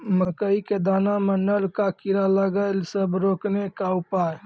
मकई के दाना मां नल का कीड़ा लागे से रोकने के उपाय?